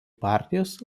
partijos